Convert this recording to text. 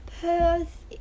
Perth